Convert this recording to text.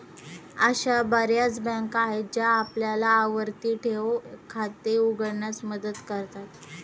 अशा बर्याच बँका आहेत ज्या आपल्याला आवर्ती ठेव खाते उघडण्यास मदत करतात